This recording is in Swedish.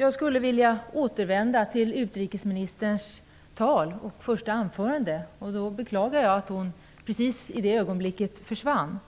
Jag vill återkomma till utrikesministerns första anförande. Jag beklagar att utrikesministern nu gick från kammaren.